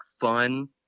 fun